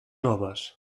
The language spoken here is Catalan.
noves